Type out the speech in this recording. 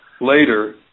later